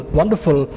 wonderful